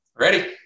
ready